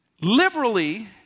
liberally